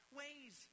ways